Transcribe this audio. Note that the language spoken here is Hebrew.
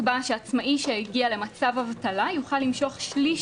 שעצמאי שהגיע למצב אבטלה יוכל למשוך שליש